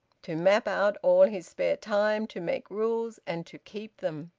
to map out all his spare time, to make rules and to keep them